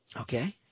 Okay